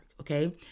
okay